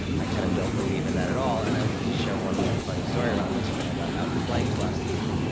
i kind of don't believe in that at all and i'll just share one like funny story around this, when i got outflanked last week,